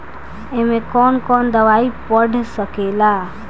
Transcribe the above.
ए में कौन कौन दवाई पढ़ सके ला?